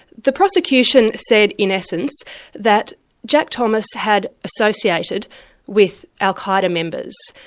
the prosecution said in essence that jack thomas had associated with al-qa'eda members,